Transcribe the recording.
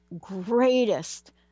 greatest